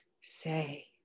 say